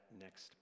next